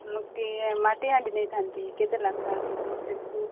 ମୁଁ କି ମାଟିହାଣ୍ଡି ନେଇଥାନ୍ତି କେତେ ଲେଖା ଗୋଟେକୁ